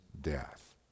death